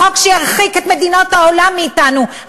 החוק שירחיק את מדינות העולם מאתנו,